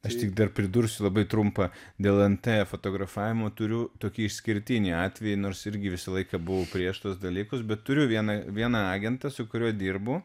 aš tik dar pridursiu labai trumpą dėl nt fotografavimo turiu tokį išskirtinį atvejį nors irgi visą laiką buvau prieš tuos dalykus bet turiu vieną vieną agentą su kuriuo dirbu